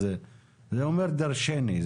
זה אומר דרשני.